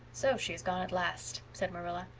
so she has gone at last, said marilla.